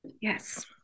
yes